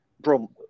Bro